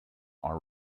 are